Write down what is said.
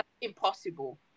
impossible